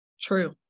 True